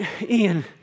Ian